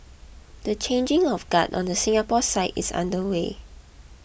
the changing of guard on the Singapore side is underway